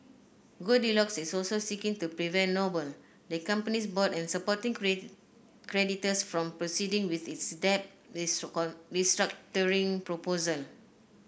goldilocks is also seeking to prevent Noble the company's board and supporting creditors from proceeding with its debt restructuring proposal